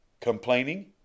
Complaining